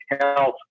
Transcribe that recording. health